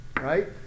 right